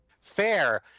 Fair